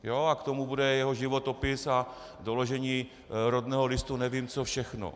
A k tomu bude jeho životopis a doložení rodného listu a nevím co všechno.